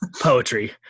Poetry